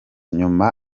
nyuma